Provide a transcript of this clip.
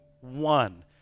one